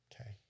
Okay